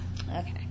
Okay